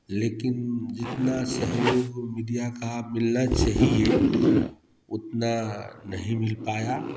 लेकिन जितना सहयोग मीडिया का मिलना चाहिए उतना नहीं मिल पाया